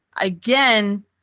again